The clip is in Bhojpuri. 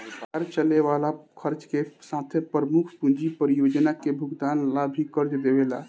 सरकार चले वाला खर्चा के साथे प्रमुख पूंजी परियोजना के भुगतान ला भी कर्ज देवेले